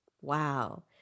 Wow